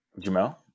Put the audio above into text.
Jamel